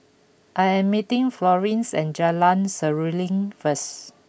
I am meeting Florine at Jalan Seruling first